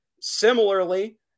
Similarly